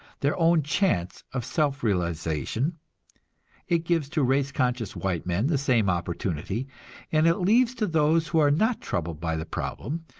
their own chance of self-realization it gives to race-conscious white men the same opportunity and it leaves to those who are not troubled by the problem,